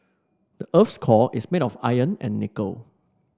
the earth's core is made of iron and nickel